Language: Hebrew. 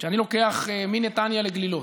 אני לוקח מנתניה לגלילות,